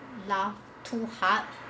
laugh too hard